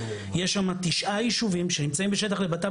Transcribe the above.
יש שם תשעה יישובים שנמצאים בשטח לבט"פ